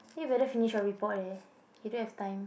you had better finish your report leh you don't have time